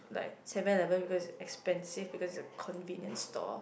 like Seven-Eleven because it's expensive because it's a convenience store